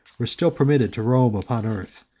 were still permitted to roam upon earth,